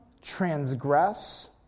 transgress